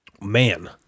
man